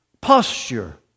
posture